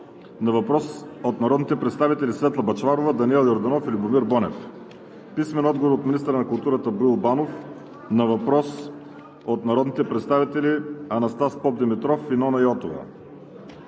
на въпрос от народните представители Светла Бъчварова, Даниел Йорданов и Любомир Бонев; - от министъра на културата Боил Банов на въпрос от народните представители Анастас Попдимитров и Нона Йотова.